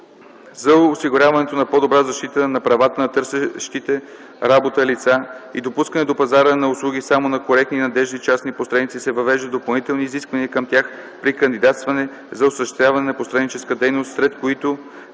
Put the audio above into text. За осигуряването на по-добра защита на правата на търсещите работа лица и допускане до пазара на услуги само на коректни и надеждни частни посредници се въвеждат допълнителни изисквания към тях при кандидатстване за осъществяване на посредническа дейност, сред които: